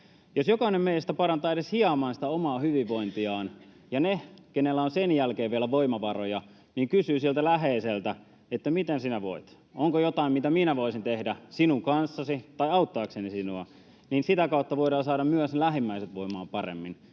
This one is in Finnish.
Jos jokainen meistä parantaa edes hieman sitä omaa hyvinvointiaan ja ne, keillä on sen jälkeen vielä voimavaroja, kysyvät siltä läheiseltä, miten sinä voit ja onko jotain, mitä minä voisin tehdä sinun kanssasi tai auttaakseni sinua, niin sitä kautta voidaan saada myös ne lähimmäiset voimaan paremmin.